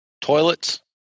Toilets